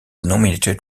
nominated